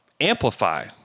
amplify